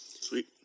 Sweet